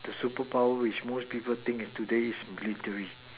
the superpower which most people think in today is glittery